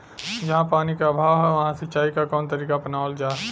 जहाँ पानी क अभाव ह वहां सिंचाई क कवन तरीका अपनावल जा?